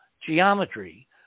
geometry